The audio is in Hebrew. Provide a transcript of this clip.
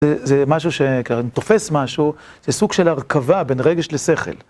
זה משהו שתופס משהו, זה סוג של הרכבה בין רגש לשכל.